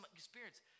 experience